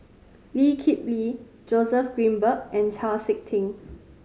Lee Kip Lee Joseph Grimberg and Chau Sik Ting